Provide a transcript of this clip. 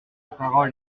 parole